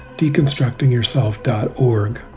deconstructingyourself.org